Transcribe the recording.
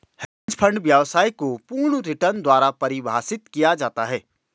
hedge fund व्यवसाय को पूर्ण रिटर्न द्वारा परिभाषित किया जाता है